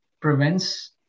prevents